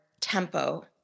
tempo